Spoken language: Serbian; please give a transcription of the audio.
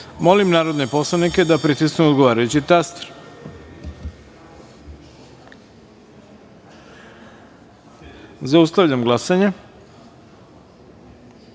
narodne poslanike da pritisnu odgovarajući taster. Zaustavljam glasanje: